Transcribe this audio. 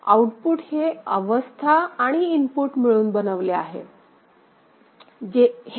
output हे अवस्था आणि इनपुट मिळून बनवले जाते